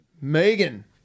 Megan